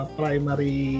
primary